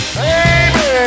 baby